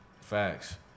Facts